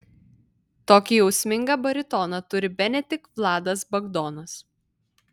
tokį jausmingą baritoną turi bene tik vladas bagdonas